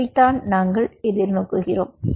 இதுதான் நாங்கள் எதிர்நோக்குகிறோம்